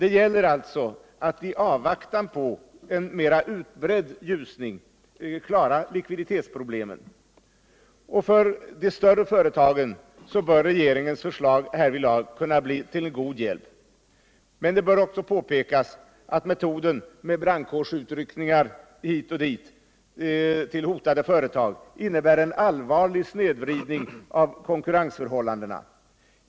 Det gäller alltså att i avvaktan på en mera utbredd ljusning klara likviditetsproblemen. För de större företagen bör regeringens förslag härvidlag kunna bli till god hjälp. Men det bör också påpekas att metoden med brandkårsutryckningar hit och dit till hotade företag innebär en allvarlig snedvridning av konkurrensförhållandena.